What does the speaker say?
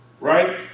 Right